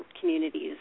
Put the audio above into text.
communities